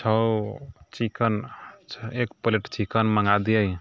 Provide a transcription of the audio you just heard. छओ चिकन एक plate chicken मँगा दिए